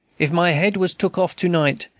if my head was took off to-night,